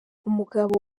umugabo